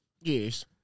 Yes